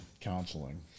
counseling